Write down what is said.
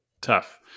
tough